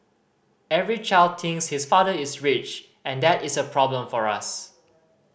every child thinks his father is rich and that is a problem for us